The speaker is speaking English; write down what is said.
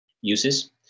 Uses